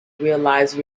realize